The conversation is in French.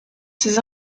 ses